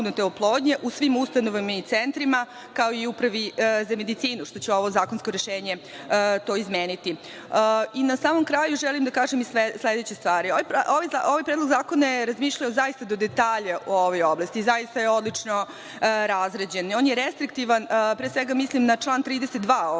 u svim ustanovama i centrima, kao i u Upravi za medicinu, što će ovo zakonsko rešenje to izmeniti. Na samom kraju želim da kažem i sledeće stvari. Ovaj predlog zakona je razmišljao zaista do detalja o ovoj oblasti. Zaista je odlično razređen. On je restriktivan. Pre svega mislim na član 32. ovog